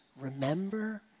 remember